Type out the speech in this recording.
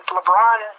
LeBron